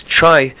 try